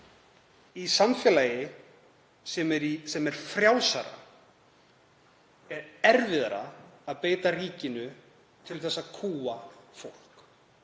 Í samfélagi sem er frjálsara er erfiðara að beita ríkinu til þess að kúga fólk.